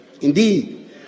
Indeed